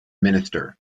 minister